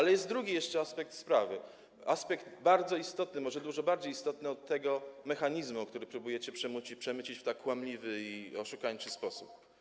Jest jeszcze drugi aspekt sprawy, aspekt bardzo istotny, może dużo bardziej istotny od tego mechanizmu, który próbujecie przemycić w tak kłamliwy i oszukańczy sposób.